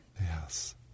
Yes